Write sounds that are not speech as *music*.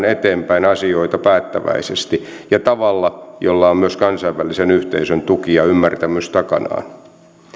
*unintelligible* eteenpäin asioita päättäväisesti ja tavalla jolla on myös kansainvälisen yhteisön tuki ja ymmärtämys takanaan